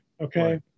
Okay